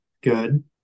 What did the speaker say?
good